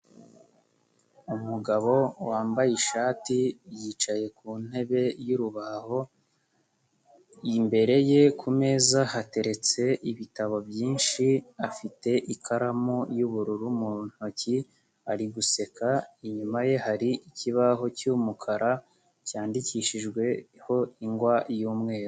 Umugabo wambaye ishati yicaye ku ntebe y'urubaho imbere ye ku meza hateretse ibitabo byinshi afite ikaramu y'ubururu mu ntoki ari guseka inyuma ye hari ikibaho cy'umukara cyandikishijweho ingwa y'umweru.